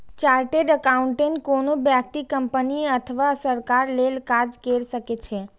chartered accountant कोनो व्यक्ति, company अथवा सरकार लेल काज कैर सकै छै